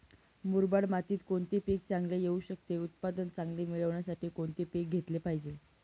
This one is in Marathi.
मुरमाड मातीत कोणते पीक चांगले येऊ शकते? उत्पादन चांगले मिळण्यासाठी कोणते पीक घेतले पाहिजे?